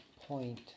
point